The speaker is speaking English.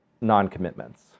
non-commitments